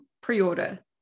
pre-order